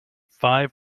five